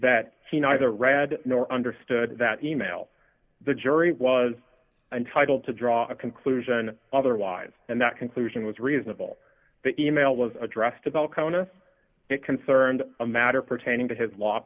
that he neither read nor understood that e mail the jury was entitled to draw a conclusion otherwise and that conclusion was reasonable that e mail was addressed to the conus it concerned a matter pertaining to his law